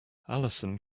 alison